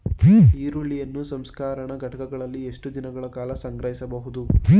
ಈರುಳ್ಳಿಯನ್ನು ಸಂಸ್ಕರಣಾ ಘಟಕಗಳಲ್ಲಿ ಎಷ್ಟು ದಿನಗಳ ಕಾಲ ಸಂಗ್ರಹಿಸಬಹುದು?